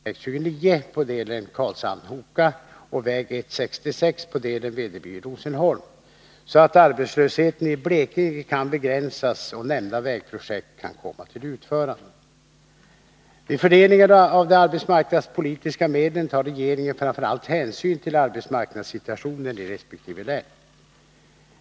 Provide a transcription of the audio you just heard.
Herr talman! Claes Elmstedt har frågat mig om jag är beredd medverka till att ytterligare medel ställs till förfogande för fortsatt utbyggnad av väg 29 på delen Karlshamn-Hoka och väg E 66 på delen Vedeby-Rosenholm, så att arbetslösheten i Blekinge kan begränsas och nämnda vägprojekt kan komma till utförande. Vid fördelningen av de arbetsmarknadspolitiska medlen tar regeringen framför allt hänsyn till arbetsmarknadssituationen i resp. län.